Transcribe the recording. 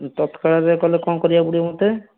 ତତ୍କାଳରେ କଲେ କଣ କରିବାକୁ ପଡ଼ିବ ମୋତେ